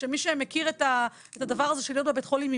מי שמכיר מה זה להיות עם ילד בבית החולים,